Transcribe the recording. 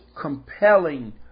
compelling